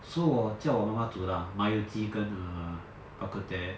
so 我叫我妈妈煮的啊麻油鸡跟 err bak kut teh